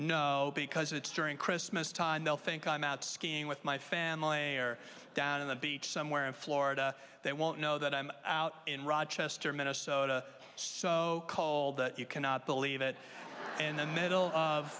know because it's during christmas time they'll think i'm out skiing with my family they're down in the beach somewhere in florida they won't know that i'm out in rochester minnesota so cold that you cannot believe it in the middle of